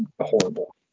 horrible